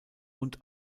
und